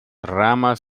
ramas